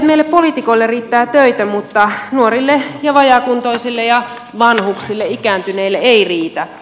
meille poliitikoille riittää töitä mutta nuorille ja vajaakuntoisille ja vanhuksille ikääntyneille ei riitä